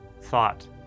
thought